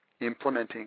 Implementing